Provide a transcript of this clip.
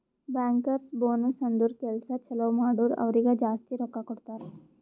bankers bonus ಅಂದುರ್ ಕೆಲ್ಸಾ ಛಲೋ ಮಾಡುರ್ ಅವ್ರಿಗ ಜಾಸ್ತಿ ರೊಕ್ಕಾ ಕೊಡ್ತಾರ್